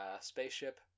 spaceship